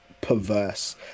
perverse